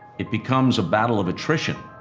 it becomes a battle of attrition.